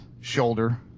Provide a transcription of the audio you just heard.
shoulder